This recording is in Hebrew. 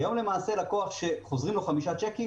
כי היום ללקוח שחוזרים לו חמישה צ'קים